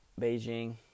Beijing